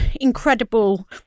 incredible